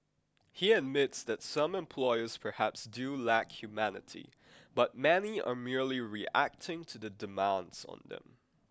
he admits that some employers perhaps do lack humanity but many are merely reacting to the demands on them